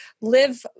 live